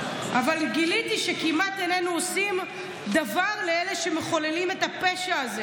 אבל גיליתי שכמעט איננו עושים דבר לאלה שמחוללים את הפשע הזה.